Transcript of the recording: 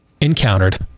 encountered